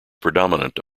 predominant